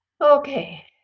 Okay